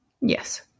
Yes